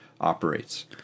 operates